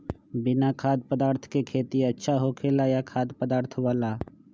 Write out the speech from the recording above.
बिना खाद्य पदार्थ के खेती अच्छा होखेला या खाद्य पदार्थ वाला?